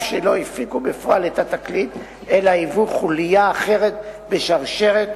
שלא הפיקו בפועל את התקליט אלא היוו חוליה אחרת בשרשרת,